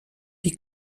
die